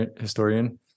historian